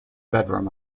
bedroom